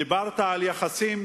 דיברת על יחסים